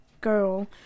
girl